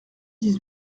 dix